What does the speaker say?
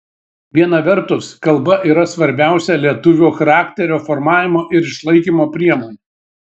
viena vertus kalba yra svarbiausia lietuvio charakterio formavimo ir išlaikymo priemonė